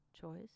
choice